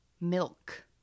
milk